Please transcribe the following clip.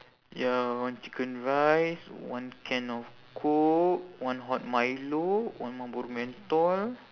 ya one chicken rice one can of coke one hot milo one marlboro menthol